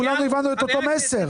כולנו הבנו את אותו מסר.